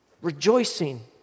Rejoicing